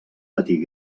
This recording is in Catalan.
patir